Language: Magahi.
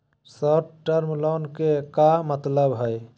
शार्ट टर्म लोन के का मतलब हई?